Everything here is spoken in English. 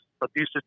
abusive